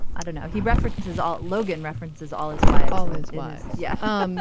i don't know. he references all logan references all his wives all his wives yeah. um